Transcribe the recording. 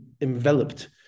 enveloped